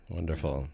Wonderful